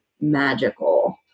magical